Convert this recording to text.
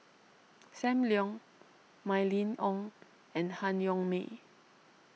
Sam Leong Mylene Ong and Han Yong May